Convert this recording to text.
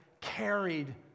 carried